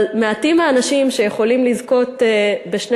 אבל מעטים האנשים שיכולים לזכות בשני